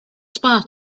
spa